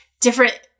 different